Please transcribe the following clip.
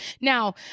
Now